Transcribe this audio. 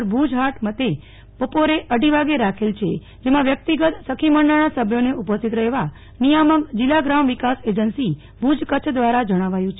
ના ભુજ હાટ મધ્યે બપોરે અઢી વાગ્યે રાખેલ છે જેમાં વ્યકિતગતસખીમંડળના સભ્યોને ઉપસ્થિત રહેવા નિયામક જિલ્લા ગ્રામ વિકાસ એજન્સી ભુજ કચ્છ દ્વારા જણાવાયું છે